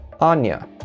Anya